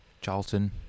Charlton